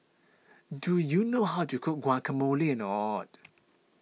do you know how to cook Guacamole